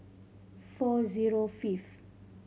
four zero fifth